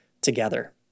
together